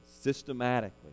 systematically